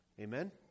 Amen